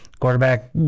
Quarterback